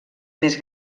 més